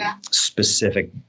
specific